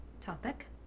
Topic